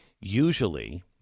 Usually